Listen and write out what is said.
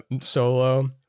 solo